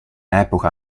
epoca